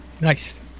nice